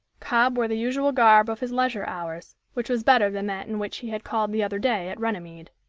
cobb wore the usual garb of his leisure hours, which was better than that in which he had called the other day at runnymede.